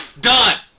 Done